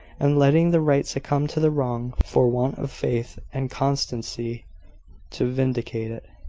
and letting the right succumb to the wrong, for want of faith and constancy to vindicate it.